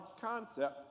concept